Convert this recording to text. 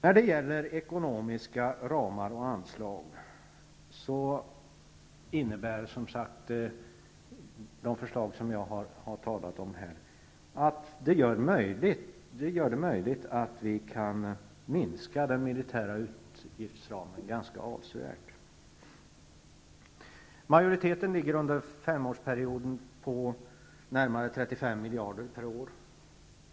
När det gäller ekonomiska ramar och anslag gör de förslag som jag har talat för här det möjligt att, som jag har sagt, minska den militära utgiftsramen ganska avsevärt. Majoritetens förslag ligger under femårsperioden på närmare 35 miljarder per år.